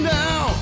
now